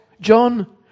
John